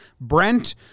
Brent